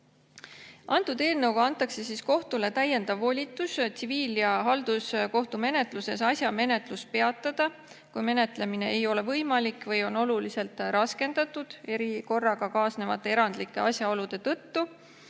Eelnõuga antakse kohtule täiendav volitus tsiviil- ja halduskohtumenetluses asja menetlus peatada, kui menetlemine ei ole võimalik või on oluliselt raskendatud erikorraga kaasnevate erandlike asjaolude tõttu.